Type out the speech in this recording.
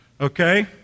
Okay